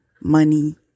Money